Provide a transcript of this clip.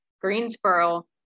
Greensboro